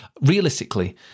realistically